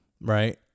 right